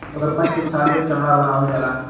मगरमच्छ के छाल से चमड़ा बनावल जाला